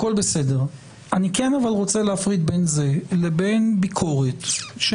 אני כן רוצה להפריד בין זה לבין ביקורת שיש